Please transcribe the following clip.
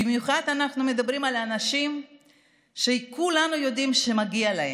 במיוחד אנחנו מדברים על אנשים שכולנו יודעים שמגיע להם,